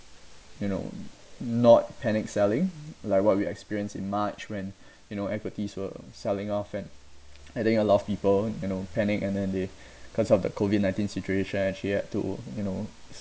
you know not panic selling like what we experienced in march when you know equities were selling off and I think a lot of people you know panic and then the cause of the COVID nineteen situation and she had to you know